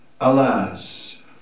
Alas